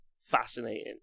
fascinating